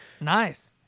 Nice